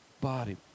body